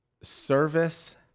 service